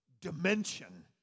dimension